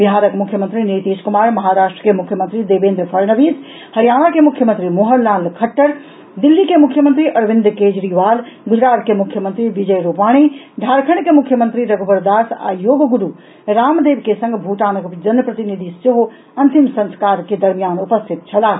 बिहारक मुख्यमंत्री नीतीश कुमार महाराष्ट्र के मुख्यमंत्री देवेन्द्र फडनवीस हरियाणा के मुख्यमंत्री मनोहर लाल खट्टर दिल्ली के मुख्यमंत्री अरविन्द केजरीवाल गुजरात के मुख्यमंत्री विजय रूपाणी झारखंड के मुख्यमंत्री रघुवर दास आ योग गुरू रामदेव के संग भूटानक प्रतिनिधि सेहो अंतिम संस्कार के दरमियान उपस्थित छलाह